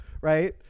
right